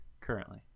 currently